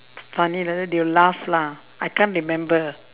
funny like that they'll laugh lah I can't remember